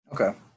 okay